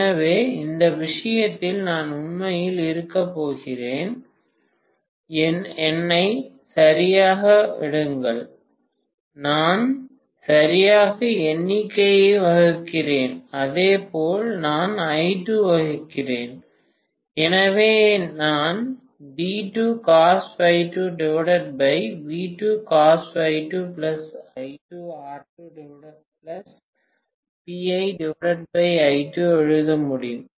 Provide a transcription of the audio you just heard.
எனவே எந்த விஷயத்தில் நான் உண்மையில் இருக்கப் போகிறேன் என்னை சரியாக விடுங்கள் நான் சரியாக எண்ணிக்கையை வகுக்கிறேன் அதே போல் நான் I2 வகுக்கிறேன் எனவே நான் எழுத முடியும்